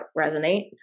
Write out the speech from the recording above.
resonate